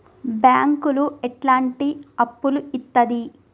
బ్యాంకులు ఎట్లాంటి అప్పులు ఇత్తది?